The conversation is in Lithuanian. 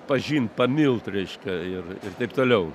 pažint pamilt reiškia ir ir taip toliau